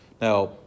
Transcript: Now